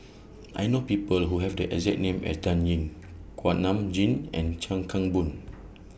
I know People Who Have The exact name as Dan Ying Kuak Nam Jin and Chuan Keng Boon